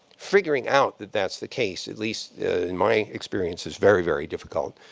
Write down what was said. figuring out that that's the case, at least in my experience, is very, very difficult.